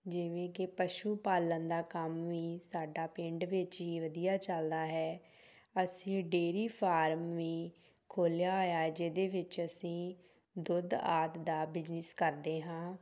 ਜਿਵੇਂ ਕਿ ਪਸ਼ੂ ਪਾਲਣ ਦਾ ਕੰਮ ਵੀ ਸਾਡਾ ਪਿੰਡ ਵਿੱਚ ਹੀ ਵਧੀਆ ਚੱਲਦਾ ਹੈ ਅਸੀਂ ਡੇਅਰੀ ਫਾਰਮ ਵੀ ਖੋਲ੍ਹਿਆ ਹੋਇਆ ਹੈ ਜਿਹਦੇ ਵਿੱਚ ਅਸੀਂ ਦੁੱਧ ਆਦਿ ਦਾ ਬਿਜਨਿਸ ਕਰਦੇ ਹਾਂ